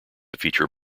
feature